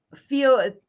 feel